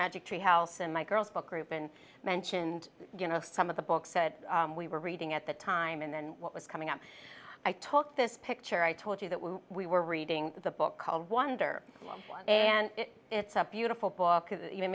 magic treehouse and my girls book group and mentioned you know some of the books that we were reading at the time and then what was coming up i took this picture i told you that when we were reading the book called wonder and it's a beautiful book